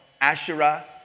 Asherah